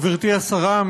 גברתי השרה,